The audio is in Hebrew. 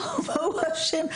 במה הוא אשם?